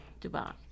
dubai